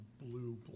blue